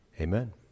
Amen